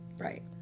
Right